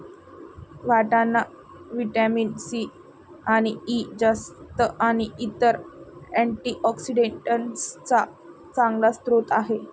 वाटाणा vitamin C आणि E, जस्त आणि इतर अँटीऑक्सिडेंट्सचा चांगला स्रोत आहे